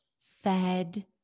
fed